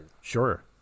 sure